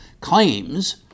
claims